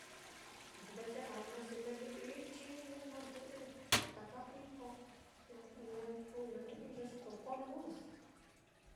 Nde ye ama xi meeni ichi niño nandɨꞌɨ ta viko, ña-ña ñatu na ni ye kuu koko luz.